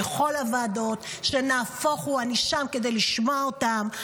אני בכל הוועדות שם כדי לשמוע אותם.